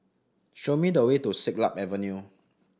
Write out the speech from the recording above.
show me the way to Siglap Avenue